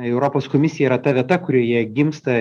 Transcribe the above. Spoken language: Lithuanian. europos komisija yra ta vieta kurioje gimsta